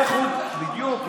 בדיוק.